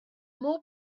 more